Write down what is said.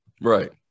right